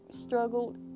struggled